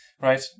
Right